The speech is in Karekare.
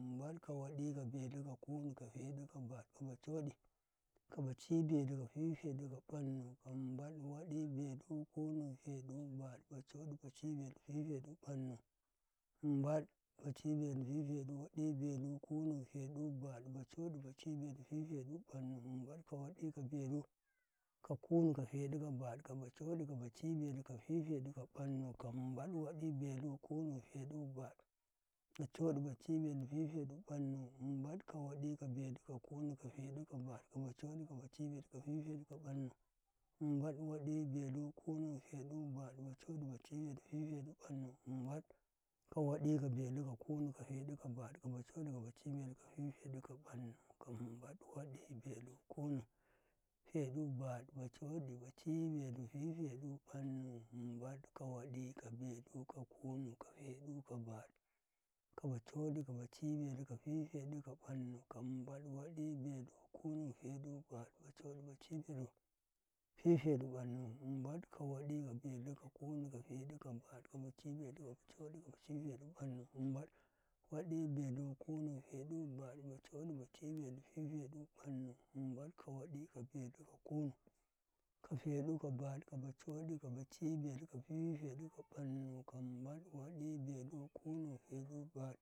Bad, ba codi, ba ci belu, pipe ɗu, ɓannu, mum bad, waɗi, ɓelu, kunu, peɗu, bad, ba coɗi, ba ci belu, pipe ɗu, ɓannu, mum bad, ka waɗi, ka ɓelu, ka kunu, ka peɗu, ka bad, ka ba coɗi, ka ba ci belu, ka pipe ɗu, ka ɓannu, mum bad, waɗi, ɓelu, kunu, peɗu, bad, ba codi, ba ci belu, pipe ɗu, ɓannu, mum bad, ka waɗi, ka ɓelu, ka kunu, ka peɗu, ka bad, ka ba coɗi, ka ba ci belu, ka pipe ɗu, ka ɓannu, ka mum bad, waɗi, ɓelu, kunu, peɗu, bad, ba codi, ba ci belu, pipe ɗu, ɓannu, mum bad, ka waɗi, ka ɓelu, ka kunu, ka peɗu, ka bad, ka ba coɗi, ka ba ci belu, ka pipe ɗu, ka ɓannu, ka mum bad, waɗi, ɓelu, kunu, peɗu, bad, ba codi, ba ci belu, pipe ɗu, ɓannu, mum bad, ka waɗi, ka ɓelu, ka kunu, ka peɗu, ka bad, ka ba coɗi, ka ba ci belu, ka pipe ɗu, ka ɓannu, ka mum bad, waɗi, ɓelu, kunu, peɗu, bad, ba coɗi, ba ci belu, pipe ɗu, ɓannu, mum bad, ka waɗi, ka ɓelu, ka kunu, ka peɗu, ka bad, ka ba coɗi, ka ba ci belu, ka pipe ɗu, ka ɓannu, ka mum bad, waɗi, ɓelu, kunu, peɗu, bad, ba coɗi, ba ci belu, pipe ɗu, ɓannu, mum bad, waɗi, ɓelu, kunu, peɗu, bad, ba coɗi, ba ci belu, pipe ɗu, ɓannu.